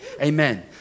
Amen